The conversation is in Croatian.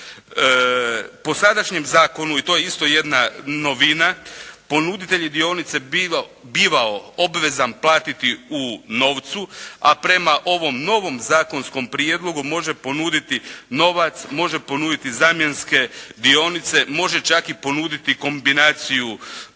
Po sadašnjem zakonu, i to je isto jedna novina, ponuditelj dionice je bivao obvezan platiti u novcu a prema ovom novom zakonskom prijedlogu može ponuditi novac, može ponuditi zamjenske dionice, može čak i ponuditi kombinaciju